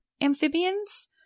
amphibians